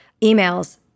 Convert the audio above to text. emails